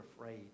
afraid